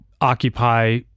Occupy